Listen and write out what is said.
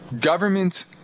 government